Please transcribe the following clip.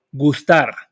gustar